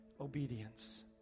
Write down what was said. obedience